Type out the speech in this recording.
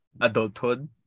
adulthood